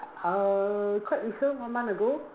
err quite recent one month ago